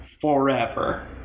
forever